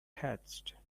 hatched